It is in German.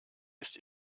ist